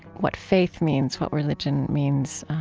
what faith means, what religion means,